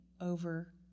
over